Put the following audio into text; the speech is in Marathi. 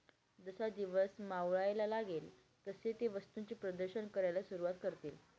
जसा दिवस मावळायला लागेल तसे ते वस्तूंचे प्रदर्शन करायला सुरुवात करतील